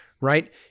right